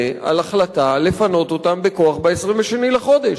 על החלטה לפנות אותם בכוח ב-22 לחודש.